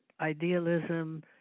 idealism